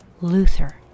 Luther